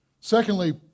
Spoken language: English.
Secondly